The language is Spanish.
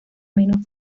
menos